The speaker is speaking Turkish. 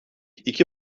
iki